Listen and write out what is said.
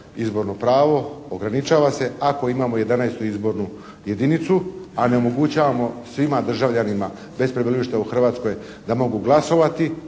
izborno pravo. Ograničava se ako imamo 11. izbornu jedinicu, a ne omogućavamo svima državljanima bez prebivališta u Hrvatskoj da mogu glasovati.